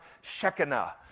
Shekinah